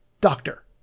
doctor